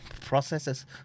processes